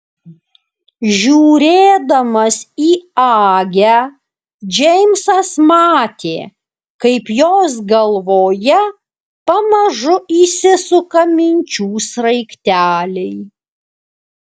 žiūrėdamas į agę džeimsas matė kaip jos galvoje pamažu įsisuka minčių sraigteliai